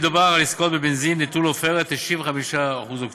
מדובר על עסקאות בנזין נטול עופרת 95 אוקטן,